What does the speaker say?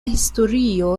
historio